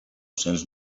cents